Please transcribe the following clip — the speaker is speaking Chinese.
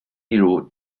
例如